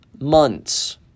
months